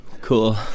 Cool